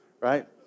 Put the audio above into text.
right